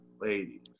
ladies